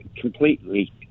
completely